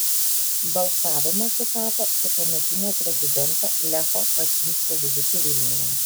balsavimas sutapo su tuometinio prezidento lecho kačynskio vizitu vilniuje